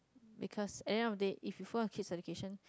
because end of date if you fall on kid's education